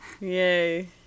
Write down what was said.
yay